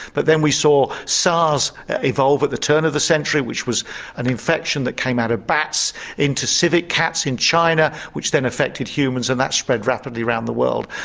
but then we saw sars evolve at the turn of the century which was an infection that came out of bats into civet cats in china which then affected humans and that spread rapidly around the world.